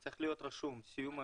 צריך להיות רשום סיום.